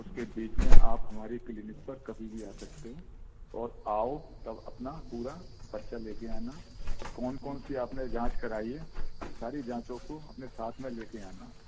उसके बीच में आप हमारी क्लिनिक पर कभी भी आ सकते हो और आओ तब अपना पूरा परचा लेकर आना कौन कौन सी आपने जाँच कराई है सारी जाँचों को अपने साथ में लेकर आना